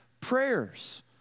prayers